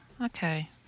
okay